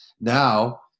now